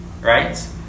right